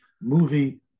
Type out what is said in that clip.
movie